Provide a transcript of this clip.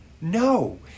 No